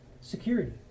security